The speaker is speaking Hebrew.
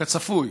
כצפוי,